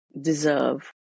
deserve